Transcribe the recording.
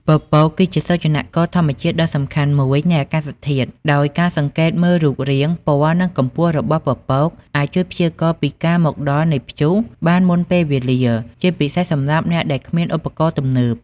ពពកគឺជាសូចនាករធម្មជាតិដ៏សំខាន់មួយនៃអាកាសធាតុ ដោយការសង្កេតមើលរូបរាង ពណ៌ និងកម្ពស់របស់ពពកអាចជួយព្យាករណ៍ពីការមកដល់នៃព្យុះបានមុនពេលវេលា ជាពិសេសសម្រាប់អ្នកដែលគ្មានឧបករណ៍ទំនើប។